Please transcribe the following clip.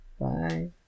Bye